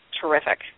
terrific